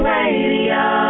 Radio